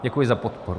Děkuji za podporu.